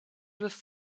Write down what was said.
with